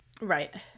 Right